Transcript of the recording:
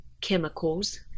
chemicals